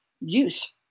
use